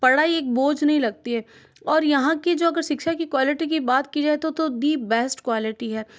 पढ़ाई एक बोझ नहीं लगती है और यहाँ कि जो अगर शिक्षा कि जो क्वालिटी कि बात कि जाए तो दी बेस्ट क्वालिटी है